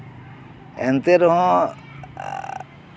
ᱮᱱᱛᱮ ᱨᱮᱦᱚᱸ